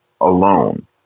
alone